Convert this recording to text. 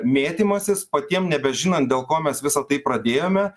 mėtymasis patiem nebežinant dėl ko mes visa tai pradėjome